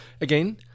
again